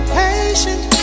patient